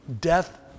death